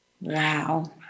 Wow